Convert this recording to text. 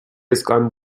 اسکان